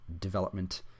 development